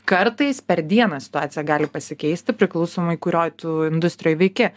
kartais per dieną situacija gali pasikeisti priklausomai kurioj tu industrijoj veiki